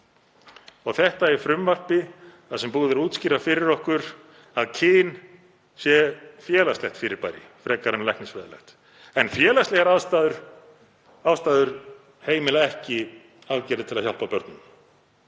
Þetta er í frumvarpi þar sem búið er að útskýra fyrir okkur að kyn sé félagslegt fyrirbæri frekar en læknisfræðilegt en félagslegar ástæður heimila ekki aðgerðir til að hjálpa börnum.